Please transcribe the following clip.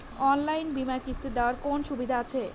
অনলাইনে বীমার কিস্তি দেওয়ার কোন সুবিধে আছে?